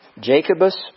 Jacobus